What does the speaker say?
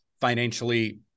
financially